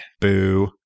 Boo